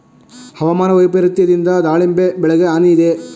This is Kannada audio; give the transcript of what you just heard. ಹವಾಮಾನ ವೈಪರಿತ್ಯದಿಂದ ದಾಳಿಂಬೆ ಬೆಳೆಗೆ ಹಾನಿ ಇದೆಯೇ?